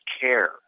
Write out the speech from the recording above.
care